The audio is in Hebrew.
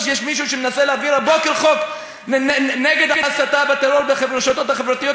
כשיש מישהו שמנסה להעביר הבוקר חוק נגד ההסתה לטרור ברשתות החברתיות,